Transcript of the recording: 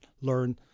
learn